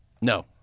no